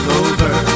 over